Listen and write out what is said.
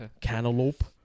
cantaloupe